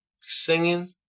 Singing